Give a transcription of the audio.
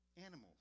animals